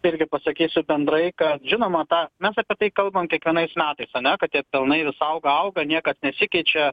irgi pasakysiu bendrai kad žinoma tą mes apie tai kalbam kiekvienais metais ane kad tie pelnai vis auga auga niekad nesikeičia